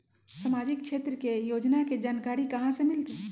सामाजिक क्षेत्र के योजना के जानकारी कहाँ से मिलतै?